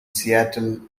seattle